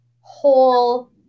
whole